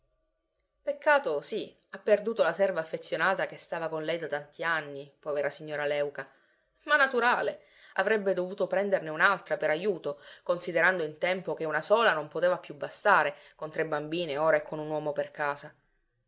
peccato sì ha perduto la serva affezionata che stava con lei da tanti anni povera signora léuca ma naturale avrebbe dovuto prenderne un'altra per ajuto considerando in tempo che una sola non poteva più bastare con tre bambine ora e con un uomo per casa